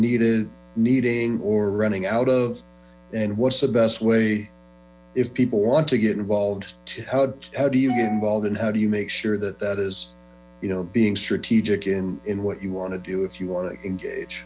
needed needing or running out of and what's the best way if people want to get involved how how do you get involved and how do you make sure that that is you know being strategic in what you want to do if you want to engage